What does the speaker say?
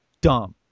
dumb